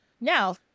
Now